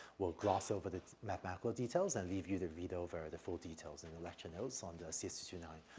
we'll gloss over the mathematical details and leave you to read over, the full details in the lecture notes on the c s two two nine